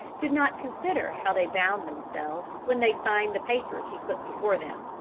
did not consider how they bound themselves when they signed the papers he put before them.